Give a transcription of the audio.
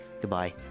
Goodbye